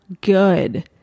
good